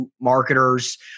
marketers